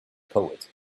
poet